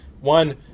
one